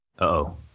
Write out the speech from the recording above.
Uh-oh